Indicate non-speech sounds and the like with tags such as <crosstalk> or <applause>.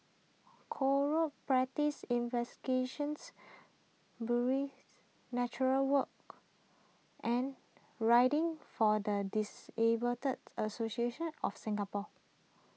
Corrupt Practices Investigations <unintelligible> Nature Walk and Riding for the Disabled <noise> Association of Singapore